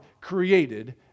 created